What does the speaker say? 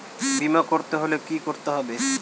বিমা করতে হলে কি করতে হবে?